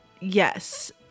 Yes